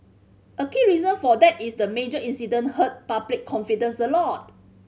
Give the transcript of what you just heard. a key reason for that is the major incident hurt public confidence a lot